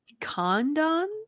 Condon